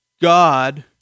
God